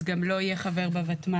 אז גם לא יהיה חבר ב-ותמ"ל.